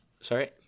Sorry